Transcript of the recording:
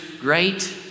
great